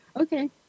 Okay